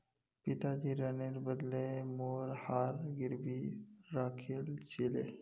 पिताजी ऋनेर बदले मोर हार गिरवी राखिल छिले